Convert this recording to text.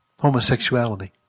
homosexuality